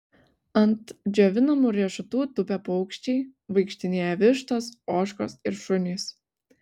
ant džiovinamų riešutų tupia paukščiai vaikštinėja vištos ožkos ir šunys